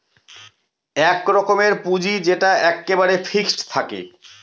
এক রকমের পুঁজি যেটা এক্কেবারে ফিক্সড থাকে